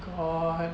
orh